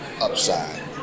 upside